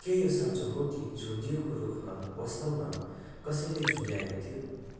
के यो साँचो हो कि झुन्डिएको रुखमा वास्तवमा कसैले झुन्ड्याएको थियो